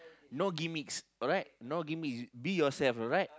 no gimmicks alright no gimmicks be yourself alright